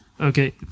Okay